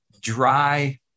dry